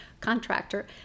contractor